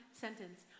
sentence